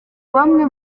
bamwe